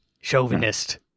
chauvinist